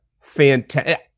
fantastic